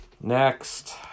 Next